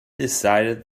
decided